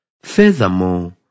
Furthermore